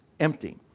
empty